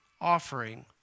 offering